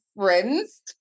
friends